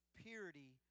purity